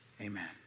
Amen